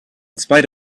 spite